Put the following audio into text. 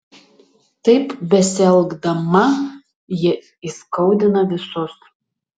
taip besielgdama ji įskaudina visus